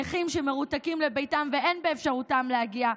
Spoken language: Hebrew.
נכים שמרותקים לביתם ואין באפשרותם להגיע,